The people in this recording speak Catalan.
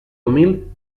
humil